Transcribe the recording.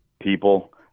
people